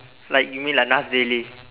like you mean like Nas daily